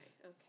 okay